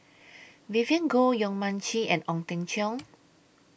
Vivien Goh Yong Mun Chee and Ong Teng Cheong